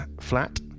flat